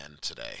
today